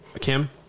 Kim